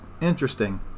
interesting